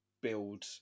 build